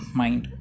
mind